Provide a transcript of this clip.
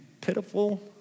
pitiful